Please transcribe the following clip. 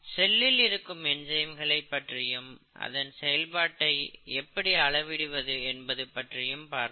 செல்லில் இருக்கும் என்சைம்களை பற்றியும் அதன் செயல்பாட்டை எப்படி அளப்பது பற்றியும் பார்த்தோம்